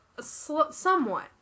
somewhat